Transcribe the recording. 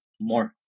more